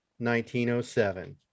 1907